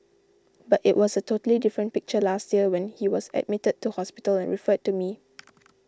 but it was a totally different picture last year when he was admitted to hospital and referred to me